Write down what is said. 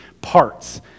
parts